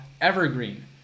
evergreen